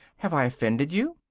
have i offended you?